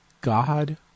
God